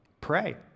Pray